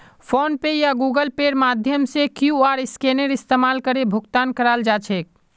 phone पे या Google पेर माध्यम से क्यूआर स्कैनेर इस्तमाल करे भुगतान कराल जा छेक